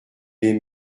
aime